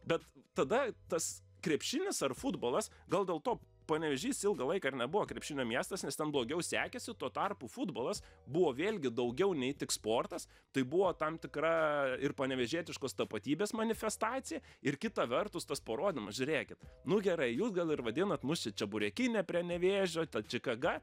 bet tada tas krepšinis ar futbolas gal dėl to panevėžys ilgą laiką ir nebuvo krepšinio miestas nes ten blogiau sekėsi tuo tarpu futbolas buvo vėlgi daugiau nei tik sportas tai buvo tam tikra ir panevėžietiškos tapatybės manifestacija ir kita vertus tas parodymas žiūrėkit nu gerai jūs gal ir vadinat mus čia čeburekine prie nevėžio ta čikaga